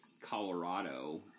Colorado